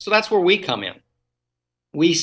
so that's where we come in we